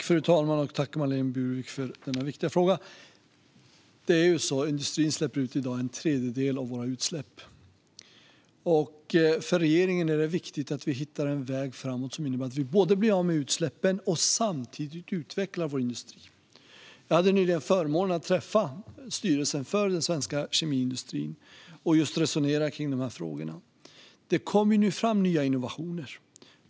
Fru talman! Jag tackar Marlene Burwick för denna viktiga fråga. Industrin står i dag för en tredjedel av våra utsläpp. För regeringen är det viktigt att vi hittar en väg framåt som innebär att vi blir av med utsläppen och samtidigt utvecklar vår industri. Jag hade nyligen förmånen att träffa styrelsen för den svenska kemiindustrin och resonera kring de här frågorna. Det kommer nu fram nya innovationer.